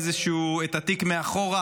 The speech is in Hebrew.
את התיק מאחורה,